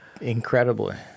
Incredibly